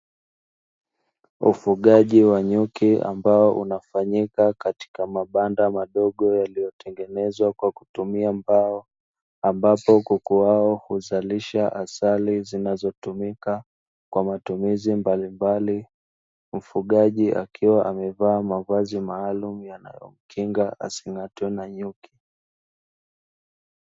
Ufugaji wa nyuki ambao unafanyika katika mabanda madogo yaliyotengenezwa kwa kutumia mbao, ambapo nyuki hao huzalisha asali zinazotumika kwa matumizi mbalimbali. Mfugaji akiwa amevaa mavazi maalumu yanayomkinga asing’atwe na nyuki.